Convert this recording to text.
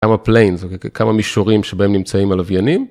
כמה planes, כמה מישורים שבהם נמצאים הלוויינים.